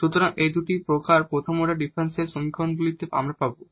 সুতরাং এই দুটি প্রকার প্রথম অর্ডার ডিফারেনশিয়াল সমীকরণগুলি আমরা পাবো